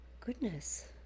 Goodness